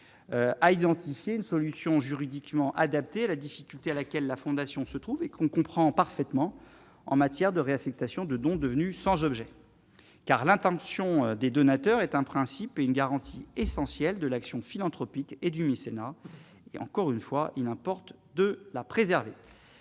a identifié une solution juridiquement adapter la difficulté à laquelle la fondation se trouver qu'on comprend parfaitement en matière de réaffectation de dons devenue sans objet car l'intention des donateurs est un principe et une garantie essentielle de l'action philanthropique et du mécénat, et encore une fois, il importe de la préserver,